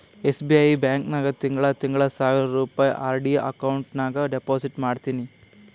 SBI bank ನಾಗ್ ತಿಂಗಳಾ ತಿಂಗಳಾ ಸಾವಿರ್ ರುಪಾಯಿ ಆರ್.ಡಿ ಅಕೌಂಟ್ ನಾಗ್ ಡೆಪೋಸಿಟ್ ಮಾಡ್ತೀನಿ